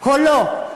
או לא.